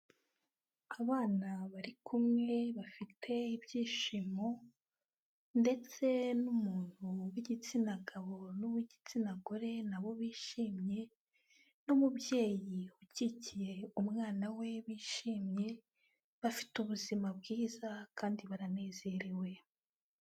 Abana bari kumwe bafite ibyishimo ndetse n'umuntu w'igitsina gabo n'uw'igitsina gore nabo bishimye, n'umubyeyi ukikiye umwana we bishimye bafite ubuzima bwiza kandi baranezerewe.